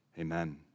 Amen